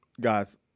guys